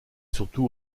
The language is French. surtout